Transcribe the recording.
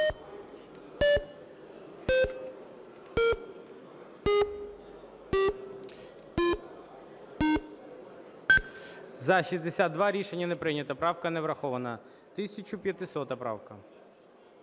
За-62 Рішення не прийнято. Правка не врахована. 1500 правка.